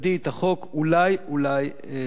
אולי אולי תזדקקו לו.